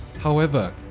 however,